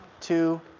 two